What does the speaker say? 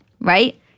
right